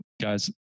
guys